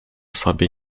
sobie